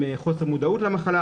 מחוסר מודעות למחלה,